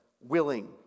willing